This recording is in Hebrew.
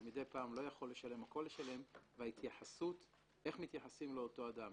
שמידי פעם לא יכול לשלם, איך מתייחסים לאותו אדם.